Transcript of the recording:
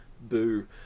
boo